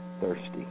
thirsty